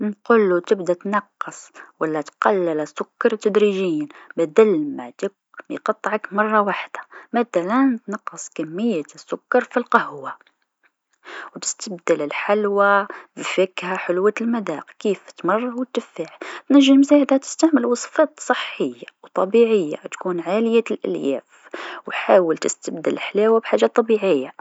نقولو تبدا تنقص و لا تقلل السكر تدريجيا بدل ما تك- ما يقطعك مرا وحده، مثلا نقص كمية السكر في القهوه و تستبدل الحلوه بفاكهه حلوة المذاق كيف التمر و التفاح، تنجم زادا تستعمل وصفات صحيه و طبيعيه تكون عالية الألياف و حاول تستبدل الحلاوة بحاجه طبيعيه.